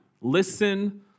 listen